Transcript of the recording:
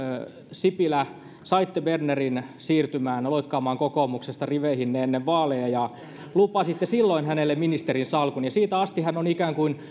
sipilä saitte bernerin siirtymään loikkaamaan kokoomuksesta riveihinne ennen vaaleja ja lupasitte silloin hänelle ministerinsalkun siitä asti hän on